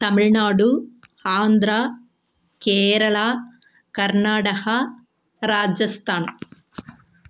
Tamil Nadu Andhra Kerala Karnataka Rajasthan